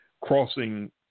crossing